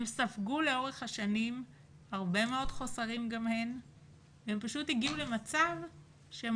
הן ספגו לאורך השנים הרבה מאוד חוסרים והן פשוט הגיעו למצב שהן